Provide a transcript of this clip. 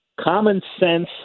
common-sense